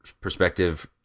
perspective